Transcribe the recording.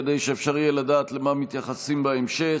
כדי שאפשר יהיה לדעת למה מתייחסים בהמשך.